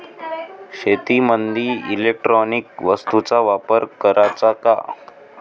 शेतीमंदी इलेक्ट्रॉनिक वस्तूचा वापर कराचा का?